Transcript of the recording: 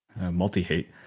Multi-hate